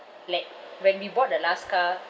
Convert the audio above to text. like when we bought the last car